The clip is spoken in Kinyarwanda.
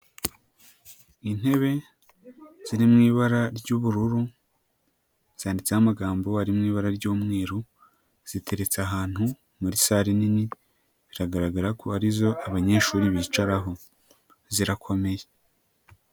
Intebe ziri mu ibara ry'ubururu zanditseho amagambo ari mu ibara ry'umweru, ziteretse ahantu muri sale nini biragaragara ko ari zo abanyeshuri bicaraho, zirakomeye.